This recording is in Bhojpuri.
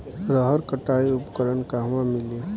रहर कटाई उपकरण कहवा मिली?